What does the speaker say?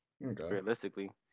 Realistically